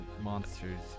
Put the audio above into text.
monsters